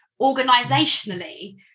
Organisationally